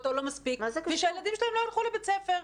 או לא מספיק ושהילדים שלהם לא יילכו לבית הספר.